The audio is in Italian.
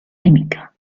nemica